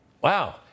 Wow